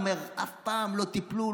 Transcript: ואומר: אף פעם לא טיפלו,